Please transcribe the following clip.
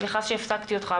סליחה שהפסקתי אותך,